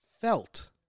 felt